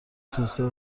توسعه